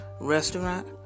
restaurant